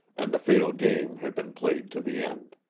and the fatal game had been played to the end.